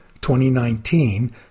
2019